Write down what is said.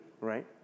right